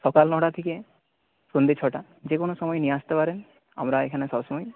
সকাল নটা থেকে সন্ধ্যে ছটা যে কোনো সময় নিয়ে আসতে পারেন আমরা এখানে সবসময়ই